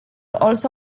also